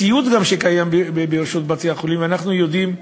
הציוד שקיים בבתי-החולים, ואנחנו יודעים,